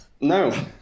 No